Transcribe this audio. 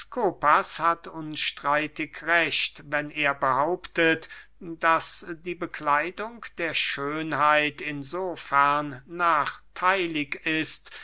hat unstreitig recht wenn er behauptet daß die bekleidung der schönheit in so fern nachtheilig ist